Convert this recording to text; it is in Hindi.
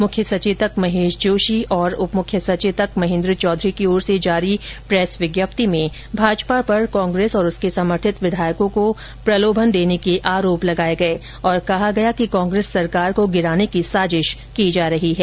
मुख्य सचेतक महेश जोशी और उप मुख्य सचेतक महेन्द्र चौधरी की ओर से जारी प्रेस विज्ञप्ति में भाजपा पर कांग्रेस और उसके समर्थित विधायकों को प्रलोभन देने के आरोप लगाए गए और कहा गया कि कांग्रेस सरकार को गिराने की साजिश की जा रही है